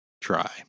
try